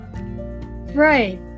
right